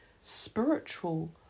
spiritual